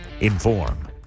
Inform